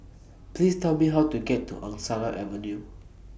Please Tell Me How to get to Angsana Avenue